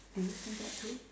do you see that too